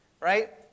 Right